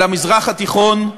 על המזרח התיכון,